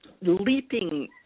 leaping